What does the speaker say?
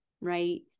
right